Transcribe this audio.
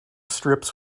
strips